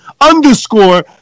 underscore